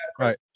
Right